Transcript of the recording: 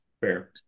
Fair